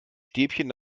stäbchen